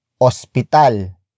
Hospital